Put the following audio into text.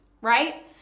right